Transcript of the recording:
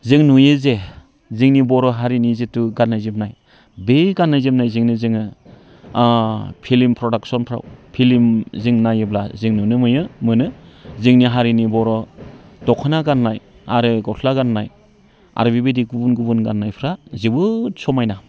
जों नुयो जे जोंनि बर' हारिनि जिथु गाननाय जोमनाय बै गाननाय जोमनायजोंनो जोङो फिल्म प्रडाकश'नफ्राव फिल्म जों नायोब्ला जों नुनो मोनो जोंनि हारिनि बर' दख'ना गाननाय आरो गस्ला गाननाय आरो बेबायदि गुबुन गुबुन गाननायफ्रा जोबोद समायना